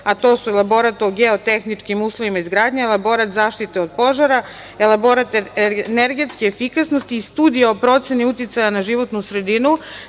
a to su elaborat o geotehničkim uslovima izgradnje, elaborat zaštite od požara, elaborat energetske efikasnosti i studija o proceni uticaja na životnu sredinu,